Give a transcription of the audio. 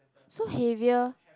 so heavier